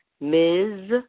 Ms